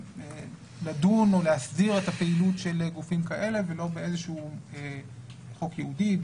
לדון או להסדיר את הפעילות של גופים כאלה ולא באיזשהו חוק ייעודי,